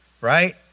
right